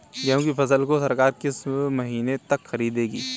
गेहूँ की फसल को सरकार किस महीने तक खरीदेगी?